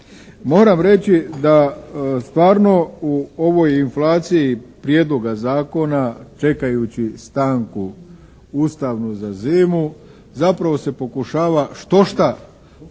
Moram reći da stvarno u ovoj inflaciji prijedloga zakona čekajući stanku Ustavnu za zimu zapravo se pokušava štošta